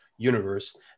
universe